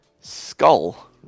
skull